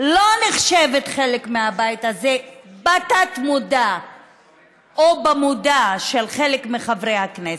לא נחשבת חלק מהבית הזה בתת-מודע או במודע של חלק מחברי הכנסת,